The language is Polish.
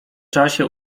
czasie